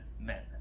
men